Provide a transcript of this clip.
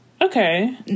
Okay